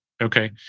Okay